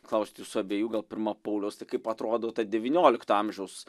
klaust jūsų abiejų gal pirma pauliaus tai kaip atrodo ta devyniolikto amžiaus